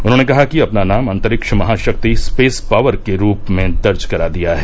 उन्होंने कहा कि अपना नाम अंतरिक्ष महाशक्ति स्पेस पॉवर के रूप में दर्ज करा दिया है